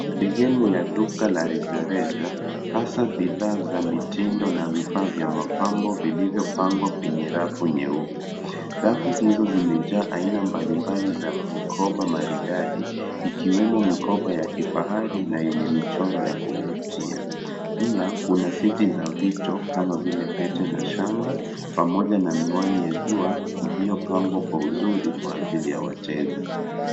Sehemu ya duka la rejareja, hasaa bidhaa za mitindo na vifaa vya mapambo vilivyopangwa kwenye rafu nyeupe. Rafu hizo zimejaa aina mbalimbali za mikoba maridadi, ikiwemo mikoba ya kifahari na yenye michoro ya kuvutia. Pia kuna seti za vito kama vile pete na shanga, pamoja na miwani ya jua iliyopangwa kwa uzuri kwa ajili ya wateja.